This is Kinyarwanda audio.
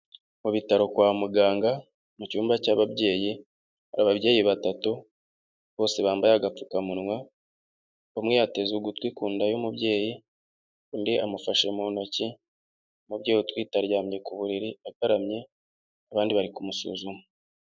Mu bitaro kwa muganga, mu cyumba cy'ababyeyi, hari ababyeyi batatu bose bambaye agapfukamunwa, umwe yateza ugutwi ku nda y'umubyeyi, undi amufashe mu ntoki, umubyeyi utwite aryamye ku buriri agaramye abandi bari kumusuzuma.